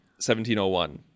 1701